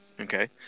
Okay